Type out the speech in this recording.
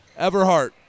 Everhart